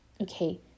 Okay